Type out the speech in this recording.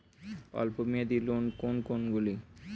অল্প মেয়াদি লোন কোন কোনগুলি?